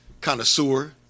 connoisseur